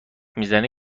میزنه